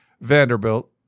Vanderbilt